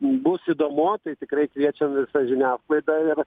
bus įdomu tai tikrai kviečim visą žiniasklaidą ir